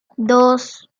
dos